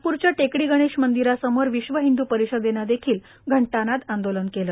नागप्रच्या टेकडी गणेश मंदीरासमोर विश्व हिंदू परिषदेनेही घंटानाद आंदोलन केले